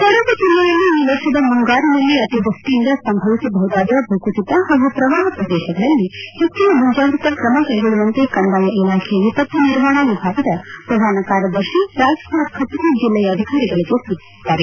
ಕೊಡಗು ಜಿಲ್ಲೆಯಲ್ಲಿ ಈ ವರ್ಷದ ಮುಂಗಾರಿನಲ್ಲಿ ಅತಿವೃಷ್ಷಿಯಿಂದ ಸಂಭವಿಸಬಹುದಾದ ಭೂಕುಸಿತ ಹಾಗೂ ಪ್ರವಾಹ ಪ್ರದೇಶಗಳಲ್ಲಿ ಹೆಚ್ಚಿನ ಮುಂಜಾಗ್ರತಾ ಕ್ರಮ ಕೈಗೊಳ್ಳುವಂತೆ ಕಂದಾಯ ಇಲಾಖೆಯ ವಿಪತ್ತು ನಿರ್ವಹಣಾ ವಿಭಾಗದ ಪ್ರಧಾನ ಕಾರ್ಯದರ್ಶಿ ರಾಜ್ಕುಮಾರ್ ಖಕ್ರಿ ಜಿಲ್ಲೆಯ ಅಧಿಕಾರಿಗಳಿಗೆ ಸೂಚಿಸಿದ್ದಾರೆ